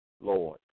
Lord